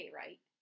right